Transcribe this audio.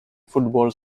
football